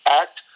act